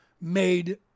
made